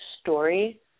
story